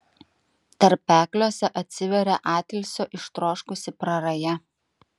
tarpekliuose atsiveria atilsio ištroškusi praraja